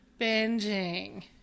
Binging